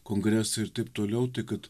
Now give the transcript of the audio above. kongresai ir taip toliau tai kad